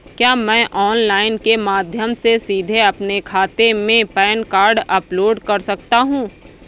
क्या मैं ऑनलाइन के माध्यम से सीधे अपने खाते में पैन कार्ड अपलोड कर सकता हूँ?